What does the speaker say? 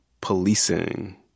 policing